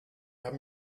haben